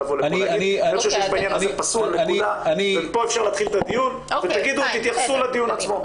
כאן אפשר להגיד את הדיון ותתייחסו לדיון עצמו.